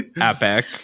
epic